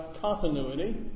continuity